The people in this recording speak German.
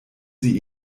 sie